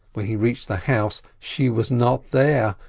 when he reached the house she was not there,